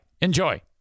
enjoy